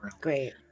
Great